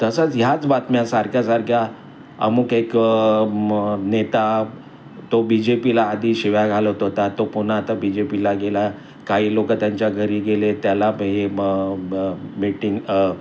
तसंच ह्याच बातम्या सारख्या सारख्या अमूक एक नेता म तो बी जे पीला आधी शिव्या घालत होता तो पुन्हा आता बी जे पीला गेला काही लोकं त्यांच्या घरी गेले त्याला हे म ब मीटिंग